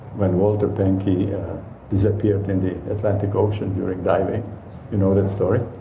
when walter pahnke disappeared in the atlantic ocean during diving. you know that story?